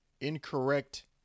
Incorrect